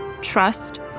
trust